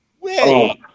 wait